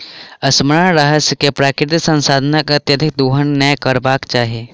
स्मरण रहय जे प्राकृतिक संसाधनक अत्यधिक दोहन नै करबाक चाहि